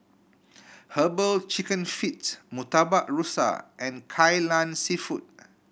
Herbal Chicken Feet Murtabak Rusa and Kai Lan Seafood